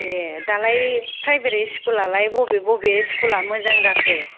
ए दालाय प्राइभेट स्कुला लाय बबे बबे स्कुला मोजां जाखो